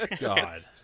God